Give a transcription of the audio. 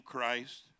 Christ